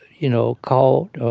you know, caught.